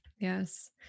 yes